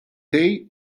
dei